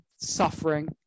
suffering